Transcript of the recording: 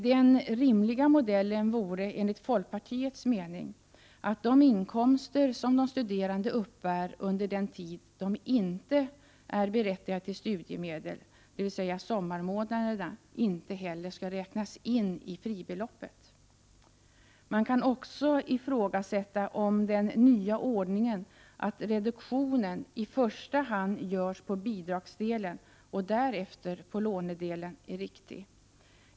Den rimliga modellen vore enligt folkpartiets mening att de inkomster som de studerande uppbär under den tid de inte är berättigade till studiemedel, dvs. sommarmånaderna, inte heller skall inräknas i fribeloppet. Man kan också ifrågasätta om den nya ordningen med att reduktionen i första hand görs på bidragsdelen och därefter på lånedelen är riktig.